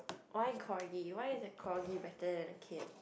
why corgi why is a corgi better than a kid